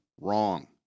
wrong